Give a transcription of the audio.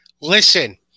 listen